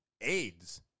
AIDS